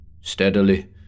Steadily